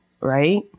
right